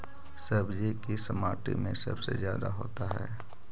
सब्जी किस माटी में सबसे ज्यादा होता है?